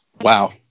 wow